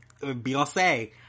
Beyonce